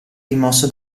rimosso